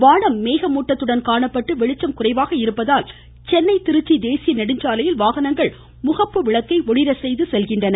வானம் மேகமூட்டத்துடன் காணப்பட்டு வெளிச்சம் குறைவாக இருப்பதால் சென்னை திருச்சி தேசிய நெடுஞ்சாலையில் வாகனங்கள் முகப்பு விளக்கை ஒளிரச்செய்து செல்கின்றன